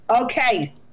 okay